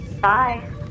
bye